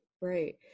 Right